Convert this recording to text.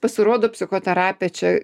pasirodo psichoterapija čia